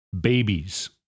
babies